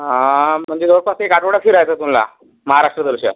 हा म्हणजे जवळपास एक आठवडा फिरायचा आहे तुम्हाला महाराष्ट्र दर्शन